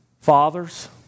Fathers